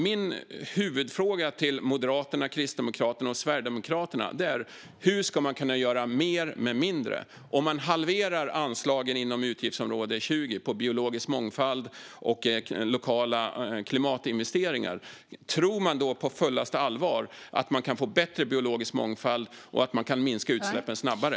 Min huvudfråga till Moderaterna, Kristdemokraterna och Sverigedemokraterna är hur man ska kunna göra mer med mindre. Om ni halverar anslagen inom utgiftsområde 20 för biologisk mångfald och lokala klimatinvesteringar, tror ni då på fullaste allvar att vi kan få bättre biologisk mångfald och minska utsläppen snabbare?